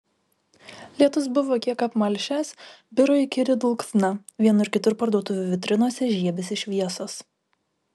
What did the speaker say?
lietus buvo kiek apmalšęs biro įkyri dulksna vienur kitur parduotuvių vitrinose žiebėsi šviesos